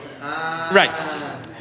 Right